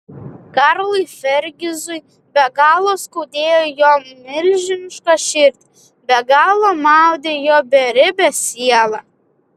karlui fergizui be galo skaudėjo jo milžinišką širdį be galo maudė jo beribę sielą